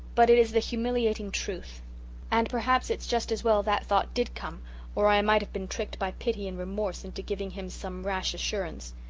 but it is the humiliating truth and perhaps it's just as well that thought did come or i might have been tricked by pity and remorse into giving him some rash assurance.